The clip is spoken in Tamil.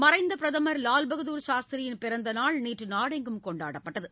மறைந்த பிரதமா் லால் பகதூர் சாஸ்திரியின் பிறந்த நாள் நேற்று நாடெங்கும் கொண்டாடப்பட்டது